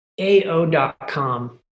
AO.com